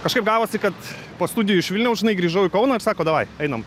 kažkaip gavosi kad po studijų iš vilniaus žinai grįžau į kauną ir sako davai einam